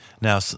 Now